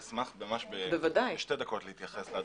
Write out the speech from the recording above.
אשמח בשתי דקות להתייחס.